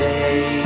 Day